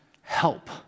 help